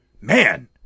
man